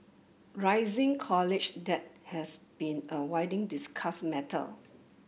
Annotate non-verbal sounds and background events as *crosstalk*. rising college debt has been a *unintelligible* discussed matter